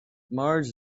mars